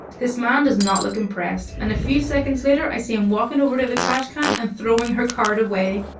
this man does not look impressed, and a few seconds later i see him walking over to the trash can and throwing her card away.